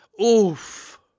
Oof